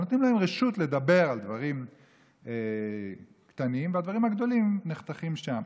אבל נותנים להם רשות לדבר על דברים קטנים והדברים הגדולים נחתכים שם.